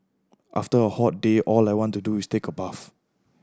after a hot day all I want to do is take a bath